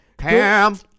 Cam